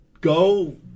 go